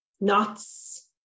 nuts